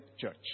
church